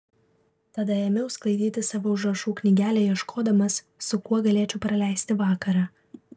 tada ėmiau sklaidyti savo užrašų knygelę ieškodamas su kuo galėčiau praleisti vakarą